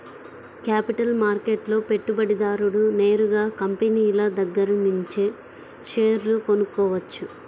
capital మార్కెట్లో పెట్టుబడిదారుడు నేరుగా కంపినీల దగ్గరనుంచే షేర్లు కొనుక్కోవచ్చు